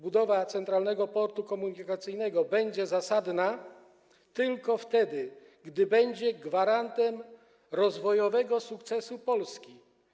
Budowa Centralnego Portu Komunikacyjnego będzie zasadna tylko wtedy, gdy będzie on gwarantem rozwojowego sukcesu Polski.